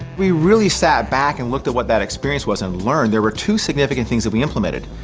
we really sat back and looked at what that experience was and learned, there were two significant things that we implemented.